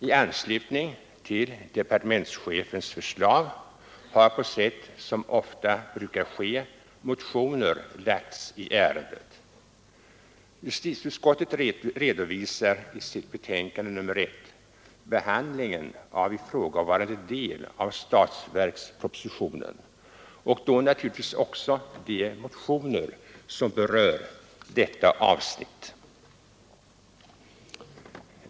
I anslutning till departementschefens förslag har, som ofta brukar ske, motioner väckts i ärendet. Justitieutskottet redovisar i sitt betänkande nr 1 behandlingen av ifrågavarande del av statsverkspropositionen och då naturligtvis också de motioner som berör detta avsnitt.